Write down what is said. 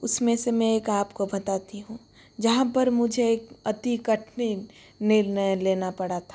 उसमें से मैं एक आपको बताती हूँ जहाँ पर मुझे एक अति कठिन निर्णय लेना पड़ा था